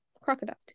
crocodile